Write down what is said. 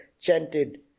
chanted